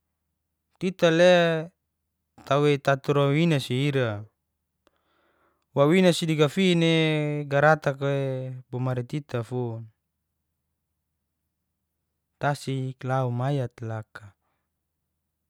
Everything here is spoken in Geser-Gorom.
Tita le tawei tatura wawina si ira, wawina si di gafine garatak'ae bomari tita fun. tasik lau maya laka.